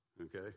Okay